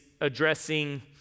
addressing